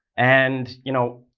and, you know,